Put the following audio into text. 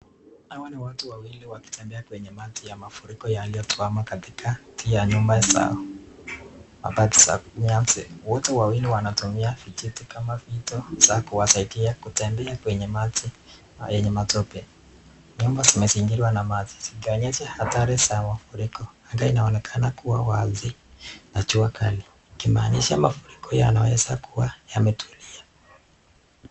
Hawa ni watu wawili wakitembea kwenye maji ya mafuriko yaliyokwama katikati ya nyumba zao. Wote wawili wanatumia vijiti kama fito za kuwasaidia kutembea maji yenye matope. Nyumba zimezingirwa na maji zikionyesha athari za mafuriko. Anga inaonekana kuwa wazi na jua kali ikimaanisha mafuriko yale yanaweza kuwa yametulia.